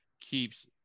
keeps